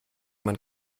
man